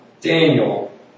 Daniel